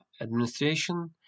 administration